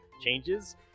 changes